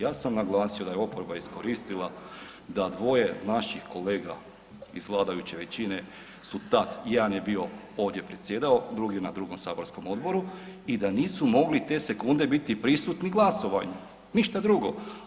Ja sam naglasio da je oporba iskoristila da dvoje naših kolega iz vladajuće većine su tad, jedan je bio ovdje predsjedao, drugi je na drugom saborskom odboru i da nisu mogli te sekunde biti prisutni glasovanju, ništa drugo.